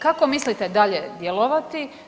Kako mislite dalje djelovati?